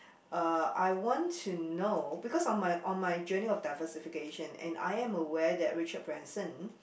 uh I want to know because on my on my journey of diversification and I am aware that Richard-Branson